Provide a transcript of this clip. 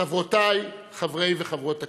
חברותיי חברי וחברות הכנסת,